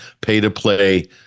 pay-to-play